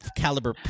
caliber